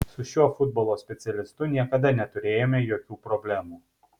su šiuo futbolo specialistu niekada neturėjome jokių problemų